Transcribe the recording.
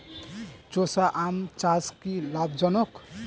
চোষা আম চাষ কি লাভজনক?